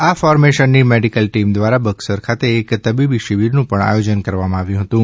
આ ફોર્મેશનની medical team દ્વારા બકસર ખાતે એક તબીબી શિબિરનું પણ આયોજન કરવામાં આવ્યું હતું